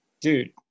dude